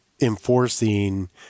enforcing